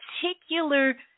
particular